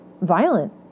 violent